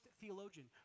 theologian